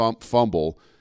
fumble